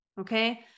okay